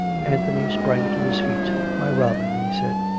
anthony sprang to his feet. my robin, he said,